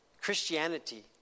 Christianity